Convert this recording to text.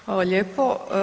Hvala lijepo.